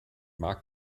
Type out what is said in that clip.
mag